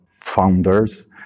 founders